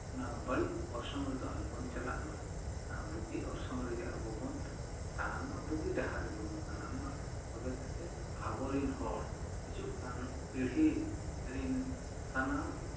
ᱚᱱᱟ ᱵᱟᱹᱲᱤᱡ ᱚᱨᱥᱚᱝ ᱨᱮᱫᱚ ᱟᱞᱚᱵᱚᱱ ᱪᱟᱞᱟᱜᱼᱢᱟ ᱟᱨ ᱵᱩᱜᱤ ᱚᱨᱥᱚᱝ ᱨᱮᱜᱮ ᱟᱵᱚᱵᱚᱱ ᱛᱟᱲᱟᱢ ᱢᱟ ᱵᱩᱜᱤ ᱰᱟᱦᱟᱨ ᱨᱮᱜᱮᱵᱚᱱ ᱛᱟᱲᱟᱢ ᱢᱟ ᱛᱚᱵᱮ ᱠᱟᱛᱮᱫ ᱟᱵᱚᱨᱮᱱ ᱦᱚᱲ ᱦᱤᱡᱩᱜ ᱠᱟᱱ ᱯᱤᱲᱦᱤ ᱨᱮᱱ ᱥᱟᱱᱟᱢ